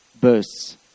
Bursts